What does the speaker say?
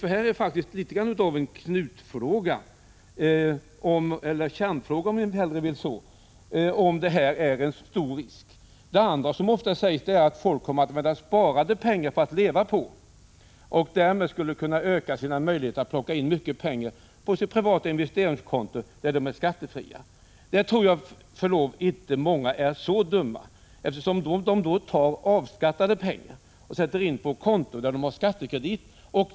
Om risken är stor eller inte är faktiskt något av en kärnfråga. Det andra argumentet som ofta anförs är att folk kommer att leva på sparade pengar för att därmed öka sina möjligheter att sätta in mycket pengar på sitt investeringskonto, som är skattefritt. Jag tror med förlov sagt att få är så dumma att de skulle ta av skattade pengar för att sätta in på ett konto där de har skattekredit.